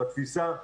בתפיסה,